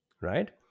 right